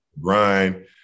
grind